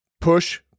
Push